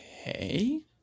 Okay